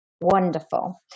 wonderful